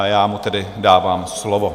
Já mu tedy dávám slovo.